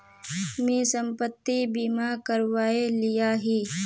मी संपत्ति बीमा करवाए लियाही